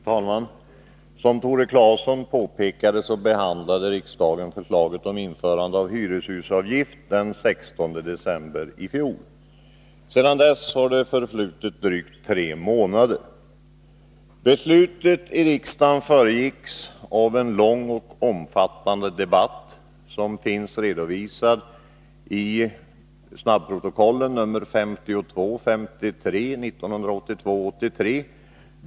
Fru talman! Som Tore Claeson påpekade behandlade riksdagen förslaget om införande av en hyreshusavgift den 16 december i fjol. Sedan dess har det förflutit drygt tre månader. Beslutet i riksdagen föregicks av en lång och omfattande debatt, som finns redovisad i snabbprotokollen nr 52 och 53 1982/83.